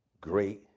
great